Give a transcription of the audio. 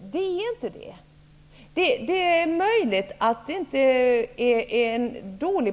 Det är inte det. Det är möjligt att politiken inte är dålig.